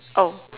oh